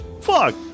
Fuck